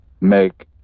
make